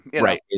right